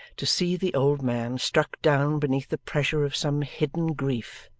to see the old man struck down beneath the pressure of some hidden grief,